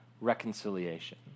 reconciliation